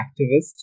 activist